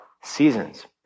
seasons